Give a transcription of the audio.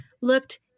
looked